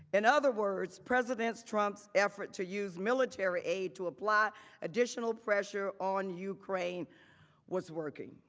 and other words, president trump's effort to use military aid to apply additional pressure on ukraine was working.